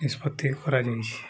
ନିଷ୍ପତି କରାଯାଇଛି